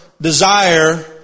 desire